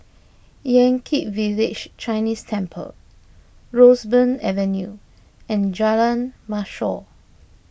Yan Kit Village Chinese Temple Roseburn Avenue and Jalan Mashor